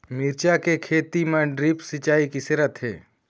मिरचा के खेती म ड्रिप सिचाई किसे रथे?